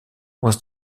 was